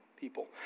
people